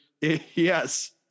yes